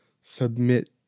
submit